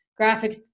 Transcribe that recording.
graphics